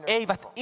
eivät